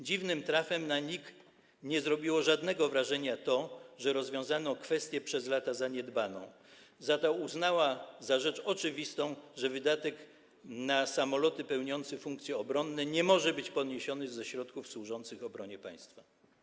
Dziwnym trafem na NIK nie zrobiło żadnego wrażenia to, że rozwiązano kwestię przez lata zaniedbaną, za to uznała za rzecz oczywistą, że wydatek na samoloty pełniące funkcje obronne nie może być poniesiony ze środków służących obronie państwa.